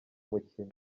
mukino